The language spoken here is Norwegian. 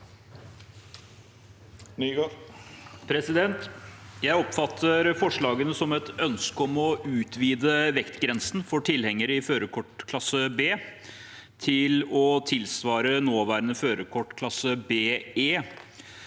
Jeg oppfatter forslagene som et ønske om å utvide vektgrensen for tilhengere i førerkort klasse B til å tilsvare nåværende førerkort klasse BE.